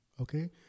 Okay